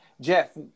Jeff